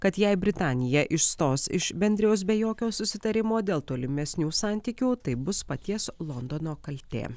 kad jei britanija išstos iš bendrijos be jokio susitarimo dėl tolimesnių santykių tai bus paties londono kaltė